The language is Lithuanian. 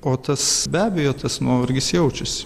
o tas be abejo tas nuovargis jaučiasi